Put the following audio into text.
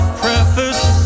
preface